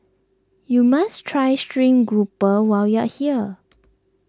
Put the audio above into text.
you must try Stream Grouper while you are here